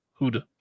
Huda